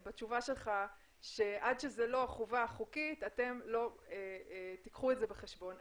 בתשובה שלך שעד שזה לא חובה חוקית אתם לא תקחו את זה בחשבון.